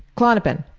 klonopin.